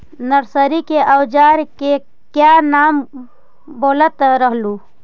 Nursery के ओजार के क्या नाम बोलत रहलू?